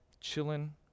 Chilling